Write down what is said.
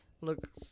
Look